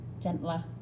Gentler